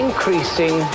Increasing